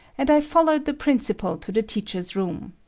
and i followed the principal to the teachers' room.